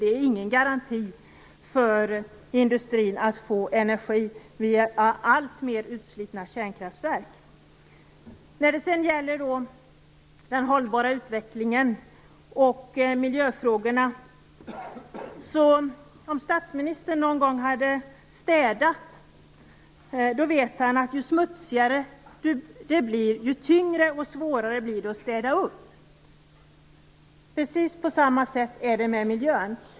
Det är ingen garanti för industrin att den får energi via alltmer utslitna kärnkraftverk. När det sedan gäller den hållbara utvecklingen och miljöfrågorna vill jag säga att om statsministern någon gång hade städat hade han vetat att ju smutsigare det blir, desto tyngre och svårare blir det att städa upp. På samma sätt är det med miljön.